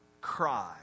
cry